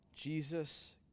Jesus